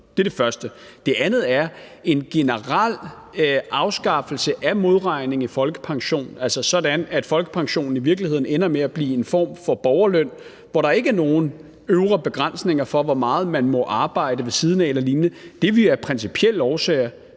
Det er det første. Det andet er: En generel afskaffelse af modregning i folkepensionen, altså sådan, at folkepensionen i virkeligheden ender med at blive en form for borgerløn, hvor der ikke er nogen øvre begrænsning på, hvor meget man må arbejde ved siden af eller lignende, er vi af principielle årsager